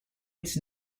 its